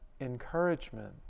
encouragement